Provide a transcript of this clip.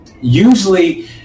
usually